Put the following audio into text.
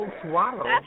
swallow